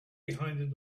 behind